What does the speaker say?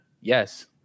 Yes